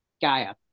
Gaia